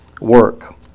work